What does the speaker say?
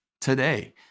today